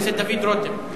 חבר הכנסת דוד רותם.